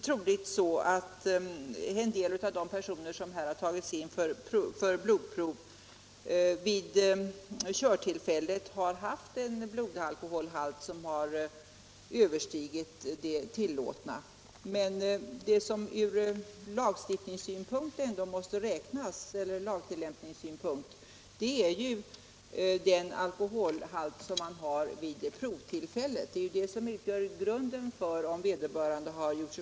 Troligen har en del av de bilförare som tagits in för blodprov vid körtillfället haft en blodalkoholhalt som överstigit den tillåtna.